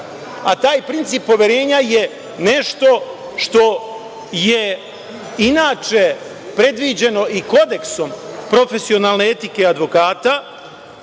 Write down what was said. a taj princip poverenja je nešto što je inače predviđeno i kodeksom profesionalne etike advokata